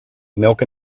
milk